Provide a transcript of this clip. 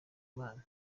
imana